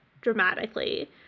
dramatically